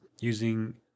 using